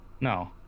No